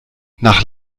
nach